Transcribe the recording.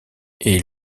est